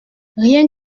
rien